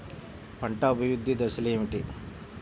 పంట అభివృద్ధి దశలు ఏమిటి?